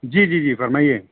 جی جی جی فرمائیے